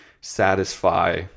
satisfy